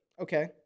Okay